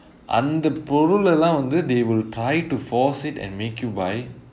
எந்த பொருள் எல்லாம் வந்து:entha porul ellaam vanthu they will try to force it and make you buy